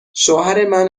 شوهرمن